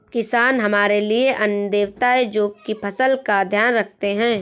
किसान हमारे लिए अन्न देवता है, जो की फसल का ध्यान रखते है